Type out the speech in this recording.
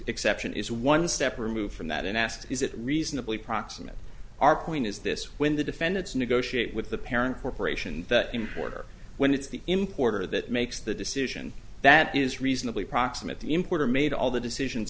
exception is one step removed from that and ask is it reasonably proximate our point is this when the defendants negotiate with the parent corporation that importer when it's the importer that makes the decision that is reasonably proximate the importer made all the decisions